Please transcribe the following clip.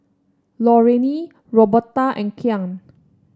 Lorraine Roberta and Kyan